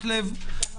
הרבה.